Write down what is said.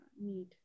need